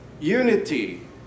Unity